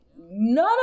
None